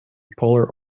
polar